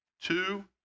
Two